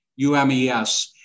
UMES